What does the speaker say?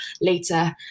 later